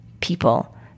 people